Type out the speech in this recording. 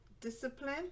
discipline